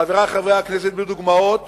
חברי חברי הכנסת, בדוגמאות